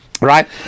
right